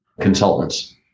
consultants